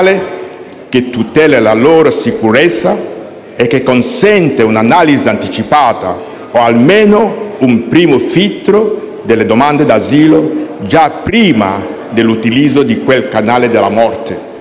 che tuteli la loro sicurezza e che consenta un'analisi anticipata o almeno un primo filtro della domanda d'asilo, già prima dell'utilizzo di quel canale della morte.